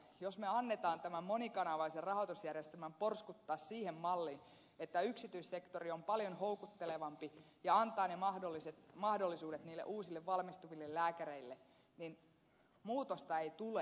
jos me annamme tämän monikanavaisen rahoitusjärjestelmän porskuttaa siihen malliin että yksityissektori on paljon houkuttelevampi ja antaa ne mahdollisuudet niille uusille valmistuville lääkäreille niin muutosta ei tule